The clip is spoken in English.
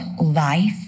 life